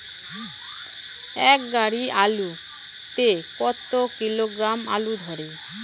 এক গাড়ি আলু তে কত কিলোগ্রাম আলু ধরে?